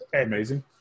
amazing